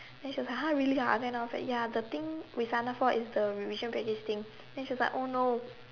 then she was !huh! like really ah then I was like ya the thing we sign up for is the revision package thing then she was like oh no